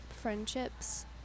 friendships